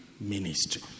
ministry